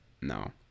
No